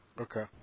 Okay